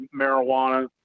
marijuana